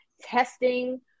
testing